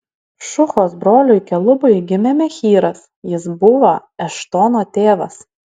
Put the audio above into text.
šuhos broliui kelubui gimė mehyras jis buvo eštono tėvas